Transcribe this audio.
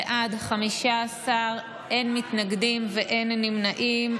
בעד, 15, אין מתנגדים ואין נמנעים.